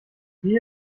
wie